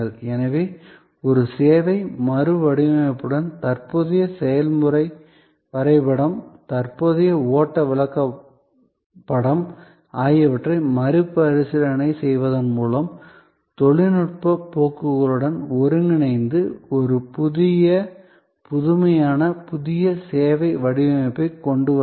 எனவே ஒரு சேவை மறுவடிவமைப்புடன் தற்போதைய செயல்முறை வரைபடம் தற்போதைய ஓட்ட விளக்கப்படம் ஆகியவற்றை மறுபரிசீலனை செய்வதன் மூலம் தொழில்நுட்பப் போக்குகளுடன் ஒருங்கிணைத்து ஒரு புதிய புதுமையான புதிய சேவை வடிவமைப்பைக் கொண்டு வரவும்